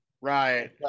right